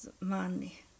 money